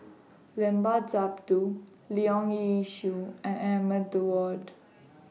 Limat Sabtu Leong Yee Soo and Ahmad Daud